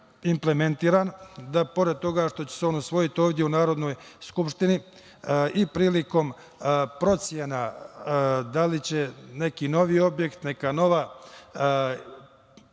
implementiran, da pored toga što će se on usvojiti ovde u Narodnoj skupštini i prilikom procena da li će neki novi objekat, neka nova